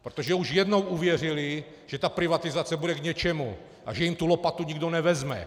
Protože už jednou uvěřili, že ta privatizace bude k něčemu a že jim tu lopatu nikdo nevezme.